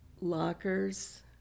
lockers